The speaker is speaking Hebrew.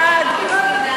בעד.